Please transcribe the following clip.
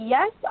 Yes